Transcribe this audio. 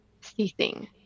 ceasing